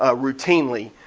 ah routinely.